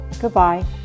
Goodbye